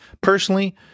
Personally